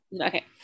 Okay